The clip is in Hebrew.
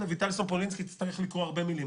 אביטל סופולינסקי שתצטרך לקרוא הרבה מילים,